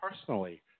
personally